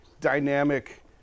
dynamic